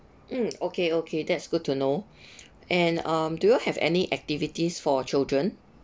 mm okay okay that's good to know and um do you have any activities for children